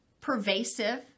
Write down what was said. pervasive